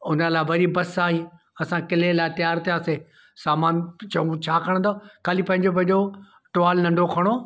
उन लाइ वरी बस आई असां किले लाइ तयार थियासे सामान चऊं छा खणंदव ख़ाली पंहिंजो पंहिंजो टुवाल नंढो खणो